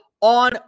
on